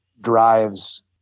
drives